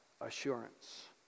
assurance